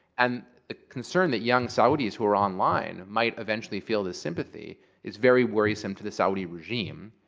and the concern that young saudis who are online might eventually feel this sympathy is very worrisome to the saudi regime.